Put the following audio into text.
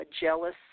jealous